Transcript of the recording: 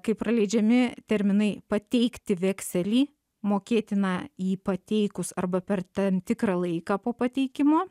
kai praleidžiami terminai pateikti vekselį mokėtiną jį pateikus arba per tam tikrą laiką po pateikimo